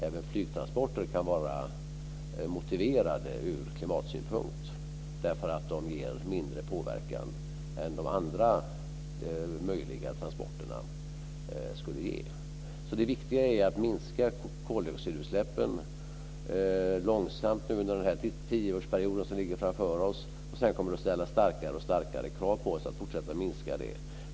Även flygtransporter kan faktiskt vara motiverade från klimatsynpunkt därför att de ger mindre påverkan än de andra möjliga transportslagen skulle ge. Det viktiga är alltså att under den tioårsperiod som ligger framför oss långsamt minska koldioxidutsläppen. Sedan kommer det att ställas allt starkare krav på oss att fortsätta minskningen.